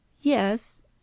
Yes